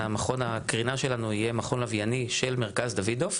המכון הקרינה שלנו יהיה מכון לווייני של מרכז דוידוף,